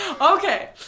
Okay